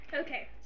Okay